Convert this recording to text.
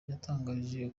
yatangarije